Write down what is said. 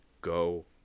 go